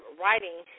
writing